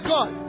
God